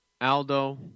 Aldo